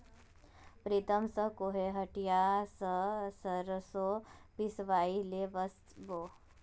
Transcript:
प्रीतम स कोहो हटिया स सरसों पिसवइ ले वस बो